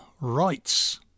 rights